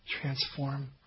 Transform